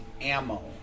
ammo